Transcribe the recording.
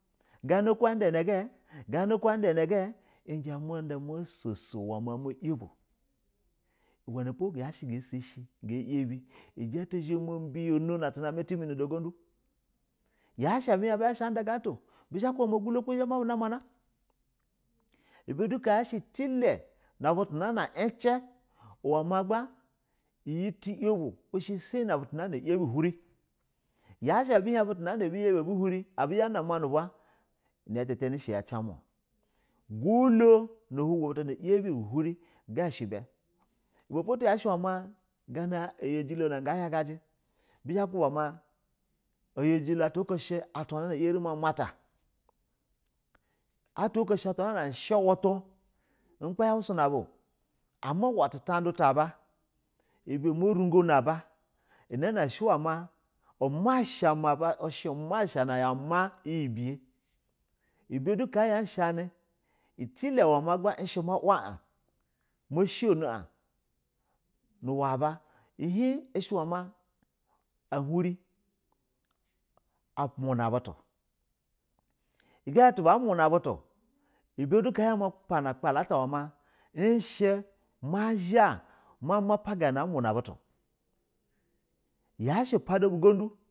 Gana ku ada nag a gana ku a ida naga izha mada mososo uhlenipo ga sashi ijita zha ma bi yono nu tuna ma timi na da ujudu yashi a bi hin bu zha shi bada gana ato o bizha ba kuba ma ujulo kai zha ma bun a mana ibe du ka yashe teli nab utu nan a cin wa ma aba iyi tu yabe she same nab utu yabi hurin yashi butau na abi abu huri abu zha banama nu bwa unata tani she ya cin, gulo na lu go buts na yabe ka she be ibe po do ya shi mu gana ayaji lona ga yagaji bu zha kuba ma aya ji atula oko ire mata, atwa oko she atula na she uhiu tu ubgbayauu sun a aba o, ama uule tun ta du ta aba ibe a ma ringo na aba una na shi ma uma sha ma ba ma shi umasha na ma ma iyi biye ibe do ka ya sha ni itel, ishe ma hla a’ ma sha no a hlaba a hini ahuri a muna butu e, ga a muna butu ibe du ka ya ina pana a kpala ishe ma zha ma mapa gana a muna butu, yashi pada bu ujudu.